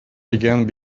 again